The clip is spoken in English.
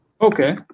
Okay